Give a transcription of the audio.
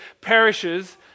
perishes